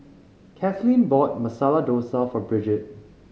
Katlynn bought Masala Dosa for Brigette